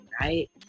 right